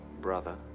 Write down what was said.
brother